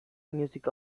music